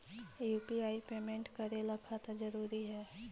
UPI payment करे ला खाता जरूरी है?